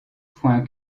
points